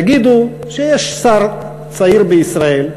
יגידו שיש שר צעיר בישראל,